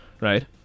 right